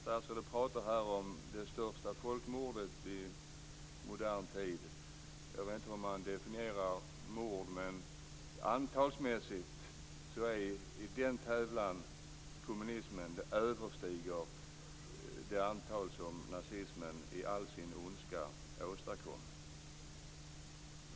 Statsrådet pratar här om det största "folkmordet" i modern tid. Jag vet inte hur man definierar mord, men i den tävlan överstiger kommunismen antalsmässigt det som nazismen i all sin ondska åstadkom.